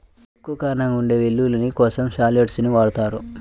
ఎక్కువ కారంగా ఉండే వెల్లుల్లి కోసం షాలోట్స్ ని వాడతారు